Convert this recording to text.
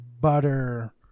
butter